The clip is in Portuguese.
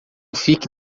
fique